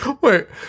Wait